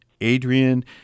Adrian